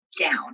down